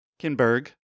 Kinberg